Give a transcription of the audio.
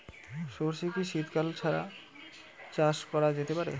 সর্ষে কি শীত কাল ছাড়া চাষ করা যেতে পারে?